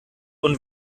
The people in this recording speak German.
und